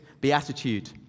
beatitude